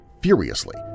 furiously